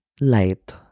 light